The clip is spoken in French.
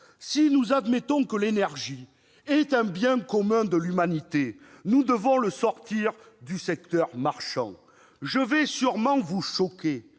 Si nous admettons que l'énergie est un bien commun de l'humanité, nous devons la sortir du secteur marchand. Je vais sûrement vous choquer,